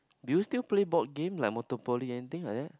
do you still play board game like motor poly anything like that